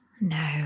No